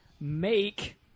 Make